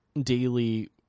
daily